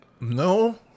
No